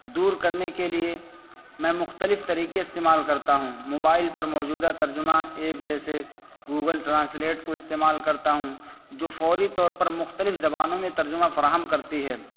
دور کرنے کے لیے میں مختلف طریقے استعمال کرتا ہوں موبائل پر موجودہ ترجمہ ایک جیسے گوگل ٹرانسلیٹ کو استعمال کرتا ہوں جو فوری طور پر مختلف زبانوں میں ترجمہ فراہم کرتی ہے